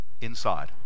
inside